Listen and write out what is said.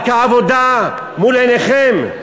רק העבודה מול עיניכם?